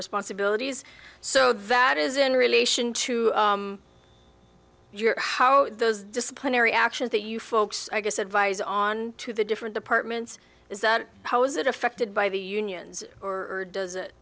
responsibilities so that is in relation to your how those disciplinary actions that you folks i guess advise on to the different departments is that how is it affected by the unions or does it